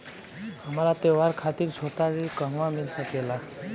हमरा त्योहार खातिर छोटा ऋण कहवा मिल सकेला?